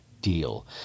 deal